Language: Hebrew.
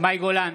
מאי גולן,